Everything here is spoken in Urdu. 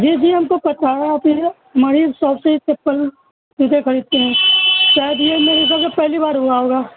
جی جی ہم کو پتہ ہے آپ ہماری ہی شاپ سے چپل جوتے خریدتے ہیں شاید یہ میرے حساب سے پہلی بار ہوا ہوگا